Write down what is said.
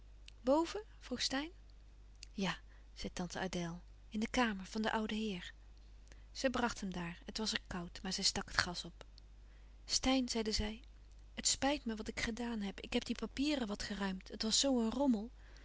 boven vroeg steyn ja zei tante adèle in de kamer van den ouden heer zij bracht hem daar het was er koud maar zij stak het gas op steyn zeide zij het spijt me wat ik gedaan heb ik heb die papieren wat geruimd het was zoo een rommel